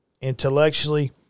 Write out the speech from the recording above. intellectually